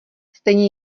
stejně